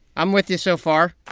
i'm with you so far